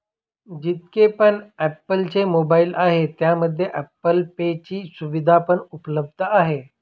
जितके पण ॲप्पल चे मोबाईल आहे त्यामध्ये ॲप्पल पे ची सुविधा पण उपलब्ध आहे